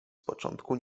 początku